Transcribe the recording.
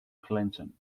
clinton